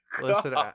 Listen